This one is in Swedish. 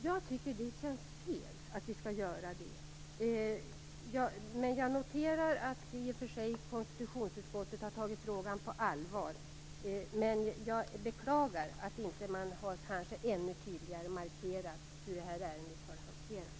Jag tycker att det känns fel att vi skall göra det. Jag noterar i och för sig att konstitutionsutskottet har tagit frågan på allvar. Jag beklagar dock att man inte ännu tydligare har markerat hur det här ärendet har hanterats.